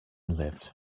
lived